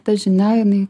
ta žinia jinai